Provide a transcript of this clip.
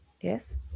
Yes